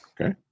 okay